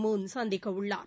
Moon சந்திக்க உள்ளார்